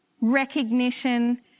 Recognition